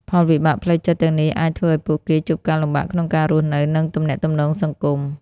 ផលវិបាកផ្លូវចិត្តទាំងនេះអាចធ្វើឲ្យពួកគេជួបការលំបាកក្នុងការរស់នៅ និងទំនាក់ទំនងសង្គម។